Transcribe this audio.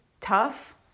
tough